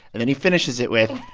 and then he finishes it with,